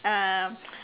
uh